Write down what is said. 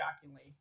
shockingly